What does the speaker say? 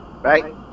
right